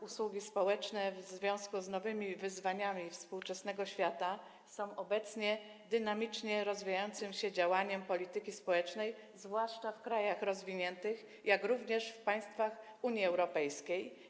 Usługi społeczne w związku z nowymi wyzwaniami współczesnego świata są obecnie dynamicznie rozwijającym się działaniem polityki społecznej, zwłaszcza w krajach rozwiniętych, jak również w państwach Unii Europejskiej.